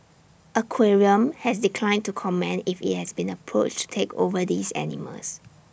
aquarium has declined to comment if IT has been approached take over these animals